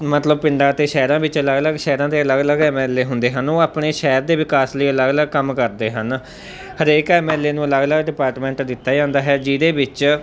ਮਤਲਬ ਪਿੰਡਾਂ ਅਤੇ ਸ਼ਹਿਰਾਂ ਵਿੱਚ ਅਲੱਗ ਅਲੱਗ ਸ਼ਹਿਰਾਂ ਦੇ ਅਲੱਗ ਅਲੱਗ ਐਮ ਐਲ ਏ ਹੁੰਦੇ ਹਨ ਉਹ ਆਪਣੇ ਸ਼ਹਿਰ ਦੇ ਵਿਕਾਸ ਲਈ ਅਲੱਗ ਅਲੱਗ ਕੰਮ ਕਰਦੇ ਹਨ ਹਰੇਕ ਐਮ ਐਲ ਏ ਨੂੰ ਅਲੱਗ ਅਲੱਗ ਡਿਪਾਰਟਮੈਂਟ ਦਿੱਤਾ ਜਾਂਦਾ ਹੈ ਜਿਹਦੇ ਵਿੱਚ